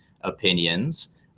opinions